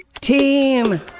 team